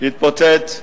הבניין שהתפוצץ,